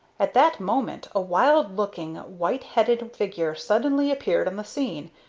at that moment a wild-looking, white-headed figure suddenly appeared on the scene,